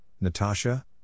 Natasha